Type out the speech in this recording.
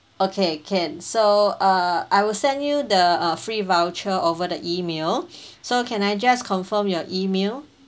okay can so uh I will send you the uh free voucher over the email so can I just confirm your email